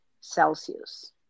Celsius